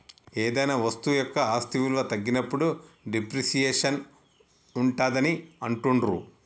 ఏదైనా వస్తువు యొక్క ఆస్తి విలువ తగ్గినప్పుడు డిప్రిసియేషన్ ఉంటాదని అంటుండ్రు